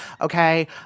okay